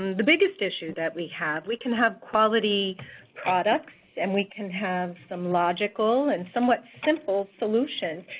the biggest issue that we have. we can have quality products, and we can have some logical and somewhat simple solutions.